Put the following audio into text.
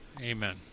Amen